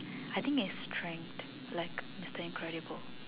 I think is strength like Mister-Incredible